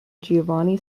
giovanni